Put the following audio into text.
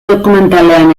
dokumentalean